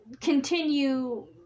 continue